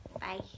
Bye